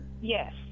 Yes